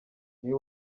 niwe